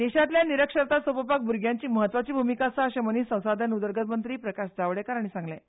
देशांतल्यान निरीक्षरताय सोंपोवपाक भूरग्यांची म्हत्वाची भूमिका आसा अशें मनीस संसाधन उदरगत मंत्री प्रकाश जावडेकर हांणी सांगलें